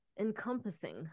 encompassing